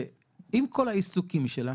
ועם כל העיסוקים שלה,